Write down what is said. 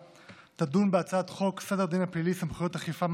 תדון בהצעת חוק סדר הדין הפלילי (סמכויות אכיפה,